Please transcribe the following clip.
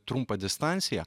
trumpą distanciją